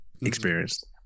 experienced